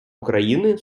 україни